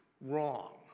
wrong